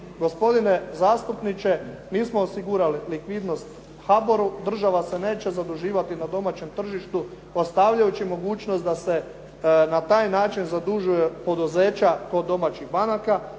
Gospodine zastupniče, mi smo osigurali likvidnost HBOR-u, država se neće zaduživati na domaćem tržištu ostavljajući mogućnost da se na taj način zadužuju poduzeća kod domaćih banaka,